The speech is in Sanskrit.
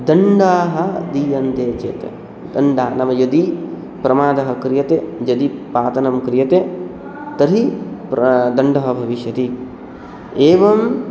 दण्डाः दीयन्ते चेत् दण्डः नाम यदि प्रमादः क्रियते यदि पातनं क्रियते तर्हि प्र दण्डः भविष्यति एवं